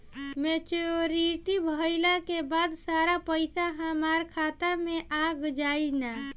Maturity भईला के बाद सारा पईसा हमार खाता मे आ जाई न?